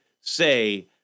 say